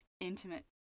intimate